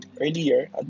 earlier